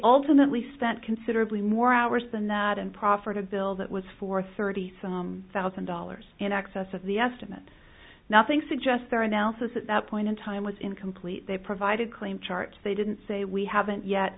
ultimately spent considerably more hours than that and proffered a bill that was for thirty some thousand dollars in excess of the estimate nothing suggests their analysis at that point in time was incomplete they provided clean charts they didn't say we haven't yet